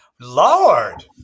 Lord